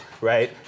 right